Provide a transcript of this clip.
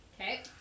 Okay